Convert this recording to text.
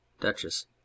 duchess